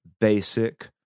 basic